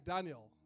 Daniel